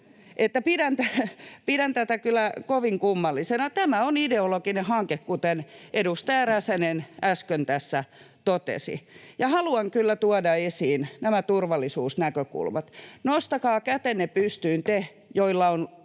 Pidän tätä kyllä kovin kummallisena. Tämä on ideologinen hanke, kuten edustaja Räsänen äsken tässä totesi. Ja haluan kyllä tuoda esiin nämä turvallisuusnäkökulmat. Nostakaa kätenne pystyyn te, joilla on